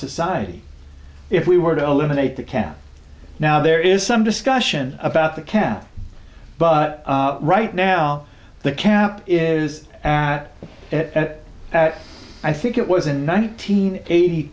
society if we were to eliminate the can now there is some discussion about the cap but right now the cap is at at i think it was in nineteen eighty